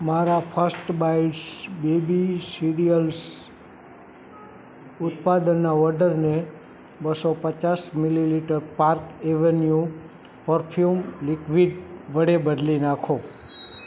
મારા First Bites baby cereals ઉત્પાદનના ઓર્ડરને બસો પચાસ millilitre Park Avenue perfume liquid વડે બદલી નાખો